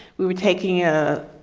we were taking a